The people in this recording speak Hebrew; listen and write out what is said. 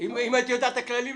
אוטומטית